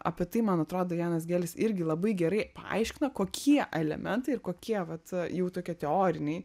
apie tai man atrodo janas gelis irgi labai gerai paaiškino kokie elementai ir kokie vat jau tokie teoriniai